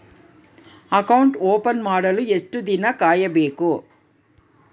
Account open ಮಾಡಲು ಎಷ್ಟು ದಿನ ಕಾಯಬೇಕು?